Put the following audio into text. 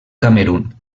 camerun